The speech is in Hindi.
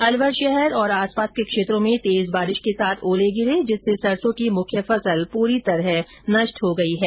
अलवर शहर और आसपास के क्षेत्रों में तेज बारिश के साथ ओलावृष्टि हई जिससे सरसों की मुख्य फसल पूरी तरह नष्ट हो गई है